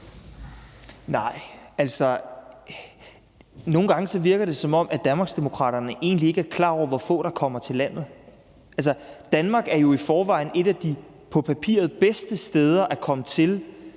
Nogle gange virker det, som om Danmarksdemokraterne egentlig ikke er klar over, hvor få der kommer til landet. Danmark er jo i forvejen et af de på papiret bedste steder at komme til